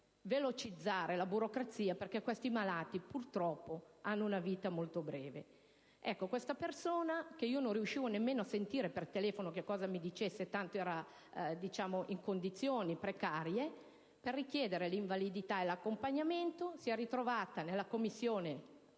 velocizzare la burocrazia, perché questi malati purtroppo hanno una vita molto breve. Uno di questi malati (io non riuscivo nemmeno a sentire per telefono cosa mi dicesse tanto era in condizioni precarie), nel richiedere l'invalidità e l'accompagnamento, ancora si è sentito dire nella commissione